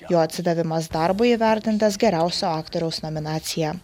jo atsidavimas darbui įvertintas geriausio aktoriaus nominacija